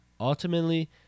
Ultimately